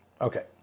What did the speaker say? Okay